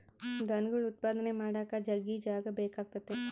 ದನಗುಳ್ ಉತ್ಪಾದನೆ ಮಾಡಾಕ ಜಗ್ಗಿ ಜಾಗ ಬೇಕಾತತೆ